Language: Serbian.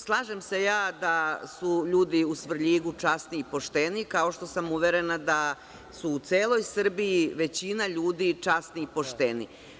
Slažem se ja da su ljudi u Svrljigu časni i pošteni, kao što sam uverena da su u celoj Srbiji, većina ljudi časni i pošteni.